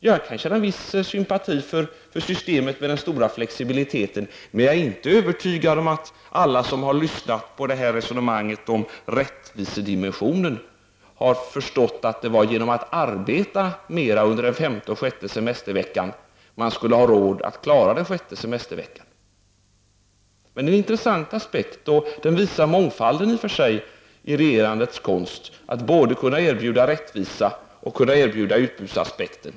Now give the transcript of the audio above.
Jag kan känna stor sympati för tanken på en ökad flexibilitet, men jag tror inte att alla som lyssnat på resonemanget om rättvisedimensionen har förstått att det är genom att arbeta mer under den femte och sjätte semesterveckan som man skall få råd att klara den sjätte. Det är en intressant aspekt, och den visar i och för sig på mångfalden i regerandets konst i vad gäller att både kunna erbjuda rättvisa och kunna erbjuda utbudsaspekten.